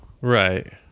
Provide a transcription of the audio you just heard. Right